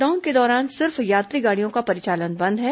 lockdown के दौरान सिर्फ यात्री गाड़ियों का परिचालन बंद है